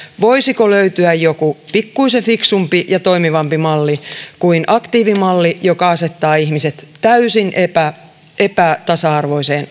voisiko löytyä joku pikkuisen fiksumpi ja toimivampi malli kuin aktiivimalli joka asettaa ihmiset täysin epätasa arvoiseen